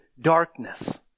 darkness